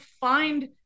find